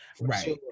Right